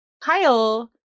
Kyle